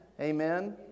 Amen